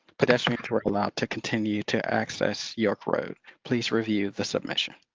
pedestrians weren't allowed to continue to access york road. please review the submission.